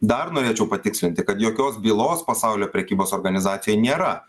dar norėčiau patikslinti kad jokios bylos pasaulio prekybos organizacijoj nėra